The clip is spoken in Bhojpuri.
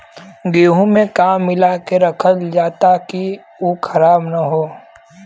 गेहूँ में का मिलाके रखल जाता कि उ खराब न हो?